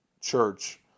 Church